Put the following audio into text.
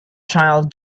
child